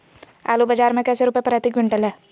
आलू बाजार मे कैसे रुपए प्रति क्विंटल है?